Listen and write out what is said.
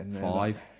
Five